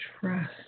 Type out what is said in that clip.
trust